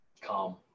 calm